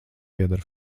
pieder